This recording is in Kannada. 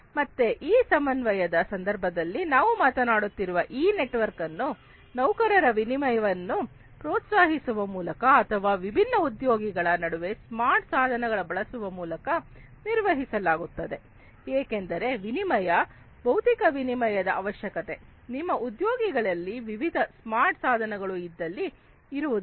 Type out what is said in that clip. ಮತ್ತೆ ಈ ಸಮನ್ವಯದ ಸಂದರ್ಭದಲ್ಲಿ ನಾವು ಮಾತನಾಡುತ್ತಿರುವ ಈ ನೆಟ್ವರ್ಕ್ ಅನ್ನು ನೌಕರರ ವಿನಿಮಯವನ್ನು ಪ್ರೋತ್ಸಾಹಿಸುವ ಮೂಲಕ ಅಥವಾ ವಿಭಿನ್ನ ಉದ್ಯೋಗಿಗಳ ನಡುವೆ ಸ್ಮಾರ್ಟ್ ಸಾಧನಗಳನ್ನು ಬಳಸುವ ಮೂಲಕ ನಿರ್ವಹಿಸಲಾಗುತ್ತದೆ ಏಕೆಂದರೆ ವಿನಿಮಯ ಭೌತಿಕ ವಿನಿಮಯದ ಅವಶ್ಯಕತೆ ನಿಮ್ಮ ಉದ್ಯೋಗಿಗಳಲ್ಲಿ ವಿವಿಧ ಸ್ಮಾರ್ಟ್ ಸಾಧನೆಗಳು ಇದ್ದಲ್ಲಿ ಇರುವುದಿಲ್ಲ